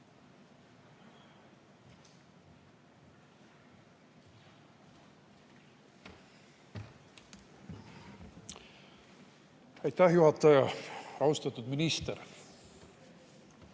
Aitäh, juhataja! Austatud minister!